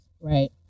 Right